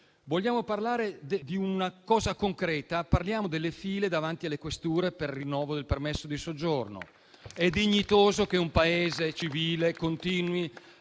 Vogliamo parlare di una cosa concreta? Parliamo delle file davanti alle questure per il rinnovo del permesso di soggiorno. È dignitoso che un Paese civile continui